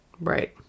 Right